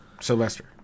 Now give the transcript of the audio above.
Sylvester